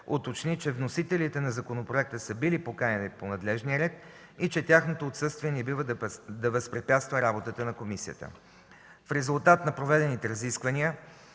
уточни, че вносителите на законопроекта са били поканени по надлежния ред и че тяхното отсъствие не бива да възпрепятства работата на комисията. В резултат на проведените разисквания